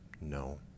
No